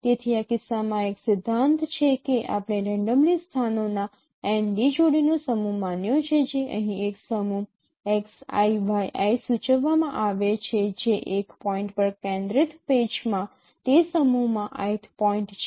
તેથી આ કિસ્સામાં આ એક સિદ્ધાંત છે કે આપણે રેન્ડમલી સ્થાનોના જોડીનો સમૂહ માન્યો છે જે અહીં એક સમૂહ સૂચવવામાં આવે છે જે એક પોઈન્ટ પર કેન્દ્રિત પેચમાં તે સમૂહમાં ith પોઈન્ટ છે